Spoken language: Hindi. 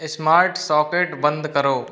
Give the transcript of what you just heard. स्मार्ट सॉकेट बंद करो